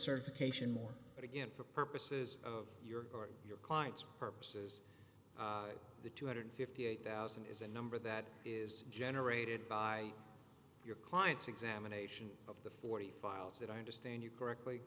certification more but again for purposes of your or your client's purposes the two hundred fifty eight thousand is a number that is generated by your client's examination of the forty files that i understand you correctly